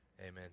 amen